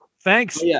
Thanks